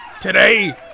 Today